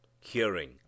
Hearing